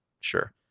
sure